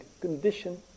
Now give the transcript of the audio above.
condition